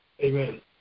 Amen